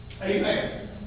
Amen